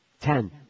Ten